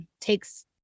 takes